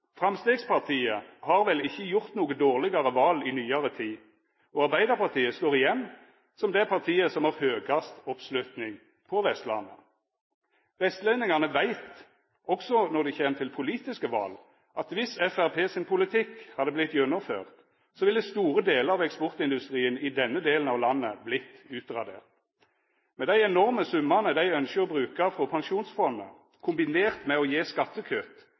Framstegspartiet har vel ikkje gjort noko dårlegare val i nyare tid, og Arbeidarpartiet står igjen som det partiet som har høgast oppslutning på Vestlandet. Vestlendingane veit, også når det kjem til politiske val, at viss Framstegspartiet sin politikk hadde vorte gjennomført, ville store delar av eksportindustrien i denne delen av landet vorte utradert. Dei enorme summane dei ønskjer å bruka frå pensjonsfondet, kombinert med å gje skattekutt